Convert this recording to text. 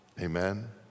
Amen